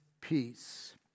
peace